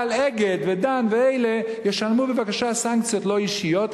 אבל "אגד" ו"דן" ואלה ישלמו בבקשה סנקציות לא אישיות,